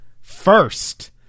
first